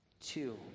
Two